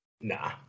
Nah